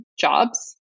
jobs